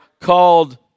called